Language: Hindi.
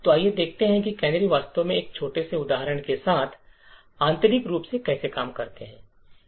तो आइए देखते हैं कि कैनरी वास्तव में एक छोटे से उदाहरण के साथ आंतरिक रूप से कैसे काम करते हैं